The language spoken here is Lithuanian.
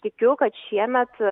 tikiu kad šiemet